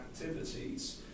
activities